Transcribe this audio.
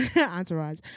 Entourage